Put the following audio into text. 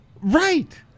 Right